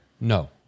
No